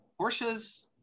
Porsches